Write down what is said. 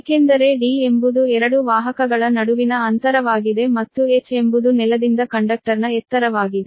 ಏಕೆಂದರೆ d ಎಂಬುದು 2 ವಾಹಕಗಳ ನಡುವಿನ ಅಂತರವಾಗಿದೆ ಮತ್ತು h ಎಂಬುದು ನೆಲದಿಂದ ಕಂಡಕ್ಟರ್ನ ಎತ್ತರವಾಗಿದೆ